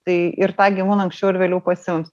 tai ir tą gyvūną anksčiau ar vėliau pasiims